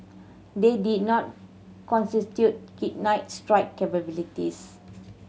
they did not constitute kinetic strike capabilities